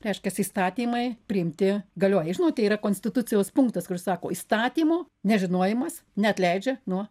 reiškiasi įstatymai priimti galioja žinote yra konstitucijos punktas kuris sako įstatymo nežinojimas neatleidžia nuo